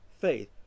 faith